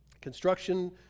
Construction